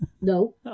No